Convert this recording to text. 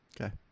Okay